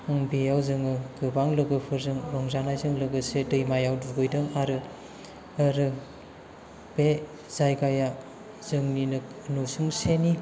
बेयाव जोङो गोबां लोगोफोरजों रंजानायजों लोगोसे दैमायाव दुगैदों आरो बे जायगाया जोंनिनो नसुंसेनि